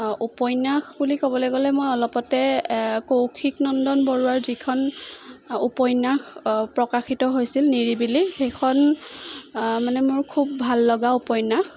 উপন্যাস বুলি ক'বলৈ গ'লে মই অলপতে কৌশিক নন্দন বৰুৱাৰ যিখন উপন্যাস প্ৰকাশিত হৈছিল নিৰিবিলি সেইখন মানে মোৰ খুব ভাললগা উপন্যাস